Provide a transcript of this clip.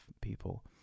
people